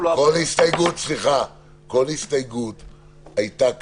כל הסתייגות הייתה כאן,